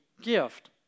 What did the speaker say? gift